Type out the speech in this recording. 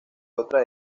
otra